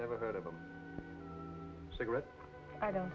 never heard of a cigarette i don't